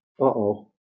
Uh-oh